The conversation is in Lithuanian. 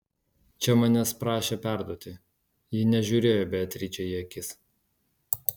čia manęs prašė perduoti ji nežiūrėjo beatričei į akis